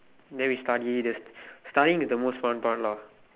then we study the studying is the most fun part lah